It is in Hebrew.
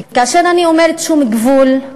וכאשר אני אומרת שום גבול,